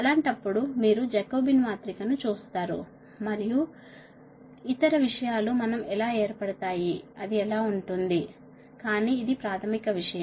అలాంటప్పుడు మీరు జాకోబీన్ మాత్రికను చూస్తారు మరియు ఇతర విషయాలు మనం ఎలా ఏర్పడతాయో అది ఎలా ఉంటుంది కానీ ఇది ప్రాథమిక విషయం